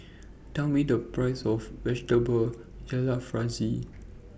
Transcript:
Tell Me The Price of Vegetable Jalfrezi